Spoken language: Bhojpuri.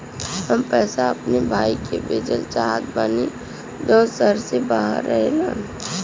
हम पैसा अपने भाई के भेजल चाहत बानी जौन शहर से बाहर रहेलन